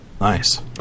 Nice